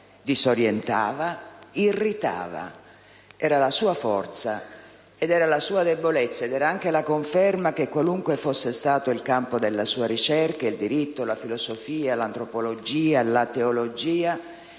disorientava, irritava. Era la sua forza e la sua debolezza ed era anche la conferma che, qualunque fosse stato il campo della sua ricerca (il diritto, la filosofia, l'antropologia o la teologia),